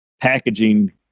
packaging